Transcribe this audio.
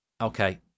okay